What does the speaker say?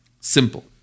simple